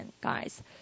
guys